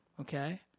okay